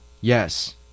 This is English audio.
Yes